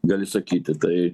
gali sakyti tai